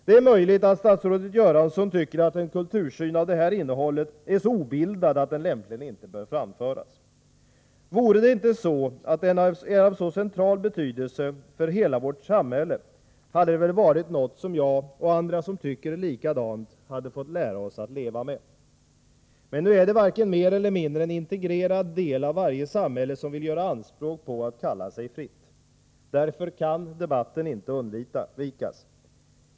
Det är möjligt att statsrådet Göransson tycker att en kultursyn av detta innehåll är så obildad att den inte lämpligen bör framföras. Vore det inte så att den är av central betydelse för hela vårt samhälle, hade det väl varit något som jag och andra som tycker likadant hade fått lära oss att leva med. Men nu är den varken mer eller mindre en integrerad del av varje samhälle som vill göra anspråk på att kalla sig fritt. Därför kan debatten inte undvikas.